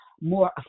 more